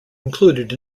included